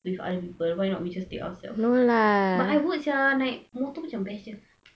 with other people why not we just take ourselves but I would sia naik motor macam best jer